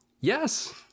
yes